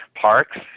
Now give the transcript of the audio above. parks